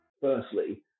firstly